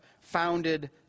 founded